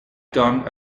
done